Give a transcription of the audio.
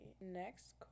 next